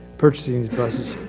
purchasing these buses